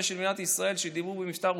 של מדינת ישראל שדיברו במבטא רוסי,